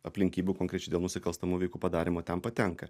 aplinkybių konkrečiai dėl nusikalstamų veikų padarymo ten patenka